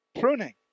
pruning